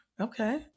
Okay